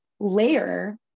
layer